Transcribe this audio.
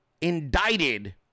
indicted